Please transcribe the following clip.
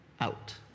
out